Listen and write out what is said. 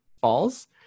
Falls